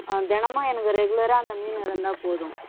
ஆ தினமும் எனக்கு ரெகுலராக அந்த மீன் இருந்தால் போதும்